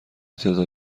تعداد